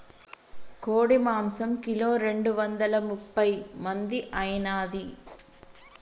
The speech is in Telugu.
కోడి మాంసం కిలో రెండు వందల ముప్పై మంది ఐనాది